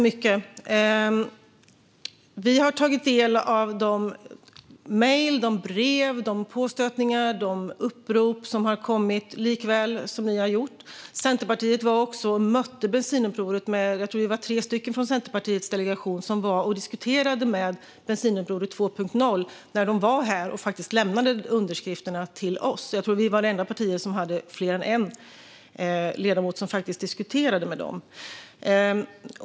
Fru talman! Vi har tagit del av de mejl, brev, påstötningar och de upprop som har kommit - precis som ni har gjort. Centerpartiet mötte också Bensinupproret. Jag tror att vi var tre personer från Centerpartiets delegation som diskuterade med Bensinupproret 2.0 när de var här och faktiskt lämnade underskrifterna till oss. Jag tror att vi var det enda parti som hade mer än en ledamot som faktiskt diskuterade med dem.